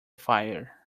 fire